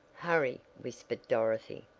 hurry, whispered dorothy,